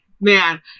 man